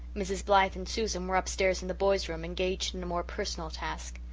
mrs. blythe and susan were upstairs in the boys' room, engaged in a more personal task.